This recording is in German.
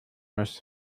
muss